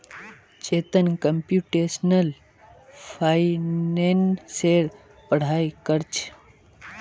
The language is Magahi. चेतन कंप्यूटेशनल फाइनेंसेर पढ़ाई कर छेक